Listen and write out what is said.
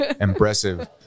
Impressive